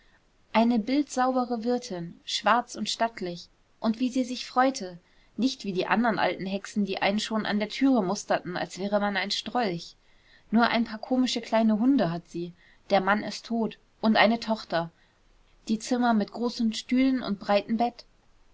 eine bildsaubere wirtin schwarz und stattlich und wie sie sich freute nicht wie die anderen alten hexen die einen schon an der türe musterten als wäre man ein strolch nur ein paar komische kleine hunde hat sie der mann ist tot und eine tochter die zimmer mit großen stühlen und breitem bett